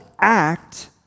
act